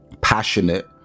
passionate